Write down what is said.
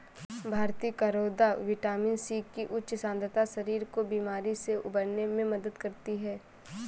भारतीय करौदा vitamin C की उच्च सांद्रता शरीर को बीमारी से उबरने में मदद करती है